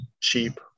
cheap